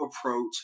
approach